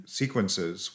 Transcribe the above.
sequences